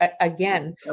again